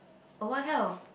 oh what health